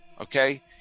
okay